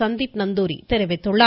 சந்தீப் நந்தூரி தெரிவித்துள்ளார்